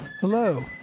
Hello